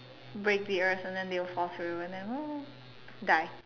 break the earth and then they will fall through and then oh die